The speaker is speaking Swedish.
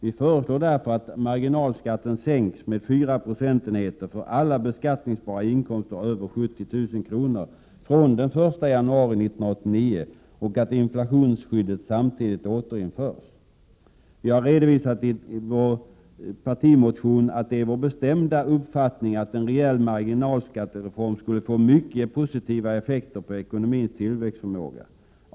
Vi föreslår därför att marginalskatten sänks med 4 procentenheter för alla beskattningsbara inkomster över 70 000 kr. från den 1 januari 1989 och att inflationsskyddet samtidigt återinförs. Vi hari vår partimotion redovisat att det är vår bestämda uppfattning att en rejäl marginalskattereform skulle få mycket positiva effekter på ekonomins tillväxtförmåga.